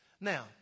Now